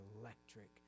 electric